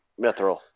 Mithril